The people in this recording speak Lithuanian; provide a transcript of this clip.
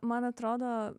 man atrodo